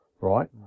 Right